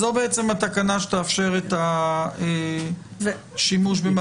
אז זאת בעצם התקנה שתאפשר את השימוש במערכת ההזדהות הלאומית?